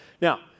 Now